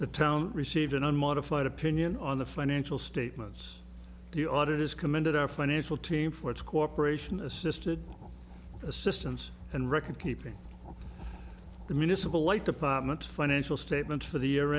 the town received an unmodified opinion on the financial statements the audit is committed our financial team for its cooperation assisted assistance and record keeping the municipal light department financial statements for the year